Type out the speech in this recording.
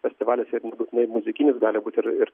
festivalis ir nebūtinai muzikinis gali būt ir ir